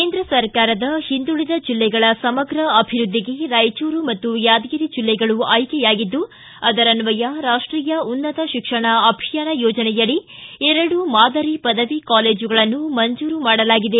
ಕೇಂದ್ರ ಸರ್ಕಾರದ ಹಿಂದುಳಿದ ಜಿಲ್ಲೆಗಳ ಸಮಗ್ರ ಅಭಿವೃದ್ದಿಗೆ ರಾಯಚೂರು ಮತ್ತು ಯಾದಗಿರಿ ಜಿಲ್ಲೆಗಳು ಆಯ್ಕೆಯಾಗಿದ್ದು ಅದರನ್ನಯ ರಾಷ್ಟೀಯ ಉನ್ನತ ಶಿಕ್ಷಣ ಅಭಿಯಾನ ಯೋಜನೆಯಡಿ ಎರಡು ಮಾದರಿ ಪದವಿ ಕಾಲೇಜುಗಳನ್ನು ಮಂಜೂರು ಮಾಡಲಾಗಿದೆ